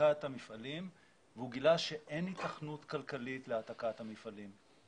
העתקת המפעלים והוא גילה שאין היתכנות כלכלית להעתקת המפעלים.